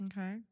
Okay